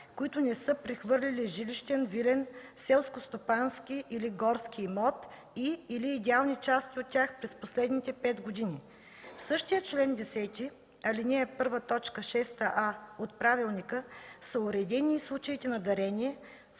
които не са прехвърляли жилищен, вилен, селскостопански или горски имот и/или идеални части от тях през последните пет години. В същия чл. 10, ал. 1, т. 6а от правилника са уредени и случаите на дарения,